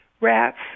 rats